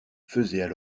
faisaient